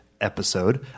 episode